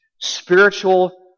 spiritual